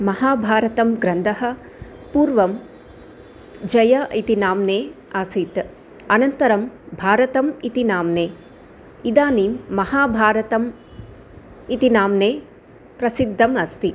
महाभारतं ग्रन्थः पूर्वं जय इति नाम्ना आसीत् अनन्तरं भारतम् इति नाम्ना इदानीं महाभारतम् इति नाम्ना प्रसिद्धम् अस्ति